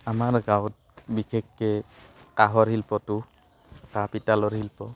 আমাৰ গাঁৱত বিশেষকৈ কাঁহৰ শিল্পটো কাঁহ পিতলৰ শিল্প